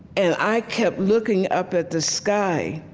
and i kept looking up at the sky,